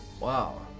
Wow